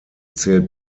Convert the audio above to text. zählt